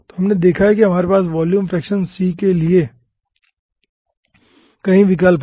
तो हमने देखा है कि हमारे पास वॉल्यूम फ्रैक्शन c के लिए कई विकल्प हैं